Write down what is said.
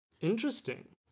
Interesting